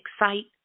excite